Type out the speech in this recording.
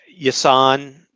Yasan